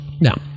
Now